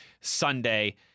Sunday